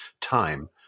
time